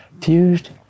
fused